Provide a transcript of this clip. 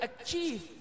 achieve